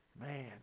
Man